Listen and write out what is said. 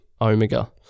Omega